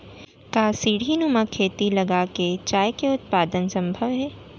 का सीढ़ीनुमा खेती लगा के चाय के उत्पादन सम्भव हे?